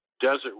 desert